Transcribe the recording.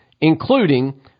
including